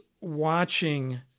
watching